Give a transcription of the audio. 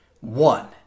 one